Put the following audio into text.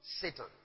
Satan